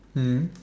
mm